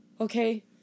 Okay